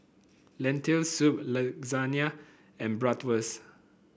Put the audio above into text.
Lentil Soup Lasagne and Bratwurst